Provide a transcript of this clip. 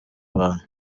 abantu